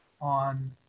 on